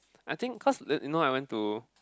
I think cause that you know I went to